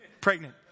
pregnant